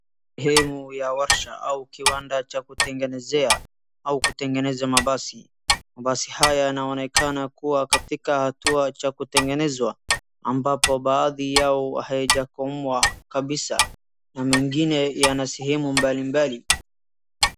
Sehemu ya warsha au kiwanda cha kutegenezea au kutegeneza mabasi. Mabasi haya yanaonekana kuwa katika hatua cha kutegenezwa ambapo baadhi yao haijaumbwa kabisa na mengine yana sehemu mbalimbali.